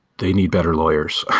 they need better lawyers.